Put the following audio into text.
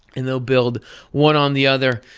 and they'll build one on the other.